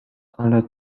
ale